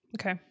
Okay